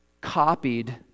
copied